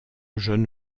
jeune